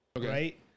right